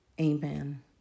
Amen